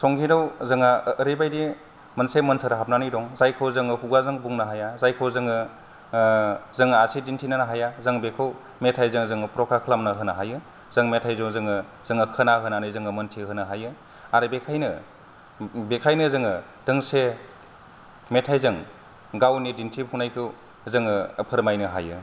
संगीताव जोंहा एरैबायदि मोनसे मोन्थोर हाबनानै दं जायखौ जोङो खुगाजों बुंनो हाया जायखौ जोङो आह जों आसि दिन्थिनानै हाया जों बेखौ मेथाइ जों जोङो प्रकाख खालामना होनो हायो जों मेथायजों जोङो जोंहा खोना होनानै जोङो मोन्थि होनो हायो आरो बेखायनो बेखायनो जोङो दोंसे मेथाइजों गावनि दिन्थिफुनायखौ जोङो फोरमायनो हायो